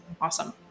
awesome